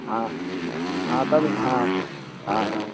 हाँ हाँ तब हाँ हाँ